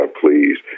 please